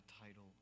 title